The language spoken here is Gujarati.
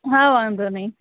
હા વાંધો નહીં